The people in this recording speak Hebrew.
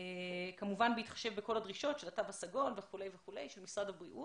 כמובן בהתחשב בכל הדרישות כמו התו הסגול וכולי של משרד הבריאות.